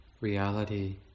reality